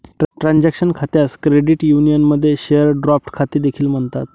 transaction खात्यास credit युनियनमध्ये share draft खाते देखील म्हणतात